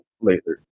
later